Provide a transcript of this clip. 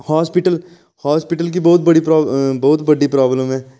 अस्पताल अस्पताल गी बहुत बड़ी प्राब्लम बहुत बड्डी प्राब्लम ऐ